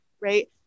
right